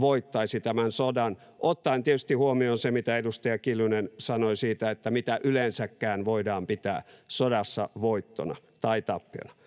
voittaisi tämän sodan — ottaen tietysti huomioon sen, mitä edustaja Kiljunen sanoi siitä, mitä yleensäkään voidaan pitää sodassa voittona tai tappiona.